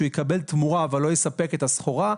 שהוא יקבל תמורה אבל לא יספק את הסחורה,